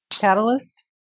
Catalyst